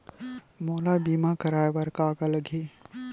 मोला बीमा कराये बर का का लगही?